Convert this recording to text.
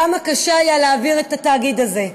כמה קשה היה להעביר את התאגיד הזה.